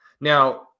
Now